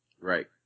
right